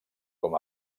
com